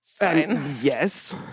Yes